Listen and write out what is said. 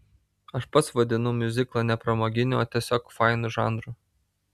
aš pats vadinu miuziklą ne pramoginiu o tiesiog fainu žanru